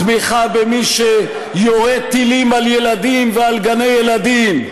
תמיכה במי שיורה טילים על ילדים ועל גני ילדים,